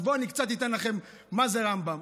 אז בואו, אני קצת אתן לכם מה זה רמב"ם.